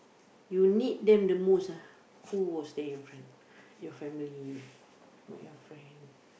you need them the most ah who was there in front your family not your friend